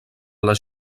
les